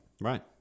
Right